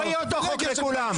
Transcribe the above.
לא יהיה אותו חוק לכולם.